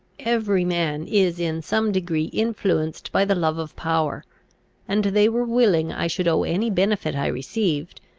every man is in some degree influenced by the love of power and they were willing i should owe any benefit i received,